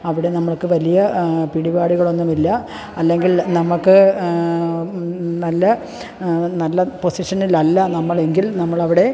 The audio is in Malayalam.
അവിടെ നമ്മൾക്ക് വലിയ പിടിപാടുകളൊന്നുമില്ല അല്ലെങ്കിൽ നമുക്ക് നല്ല നല്ല പൊസിഷനിലല്ല നമ്മൾ എങ്കിൽ നമ്മൾ അവിടെ